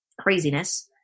craziness